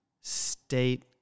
state